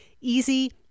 easy